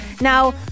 now